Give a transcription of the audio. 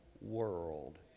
world